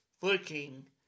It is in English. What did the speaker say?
looking